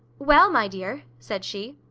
well, my dear! said she.